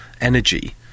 energy